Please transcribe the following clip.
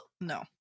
No